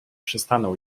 przystanął